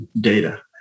data